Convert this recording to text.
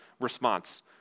response